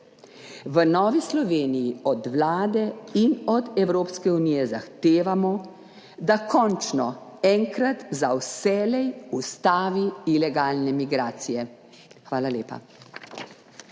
V Novi Sloveniji od Vlade in od Evropske unije zahtevamo, da končno enkrat za vselej ustavi ilegalne migracije. Hvala lepa.